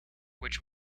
which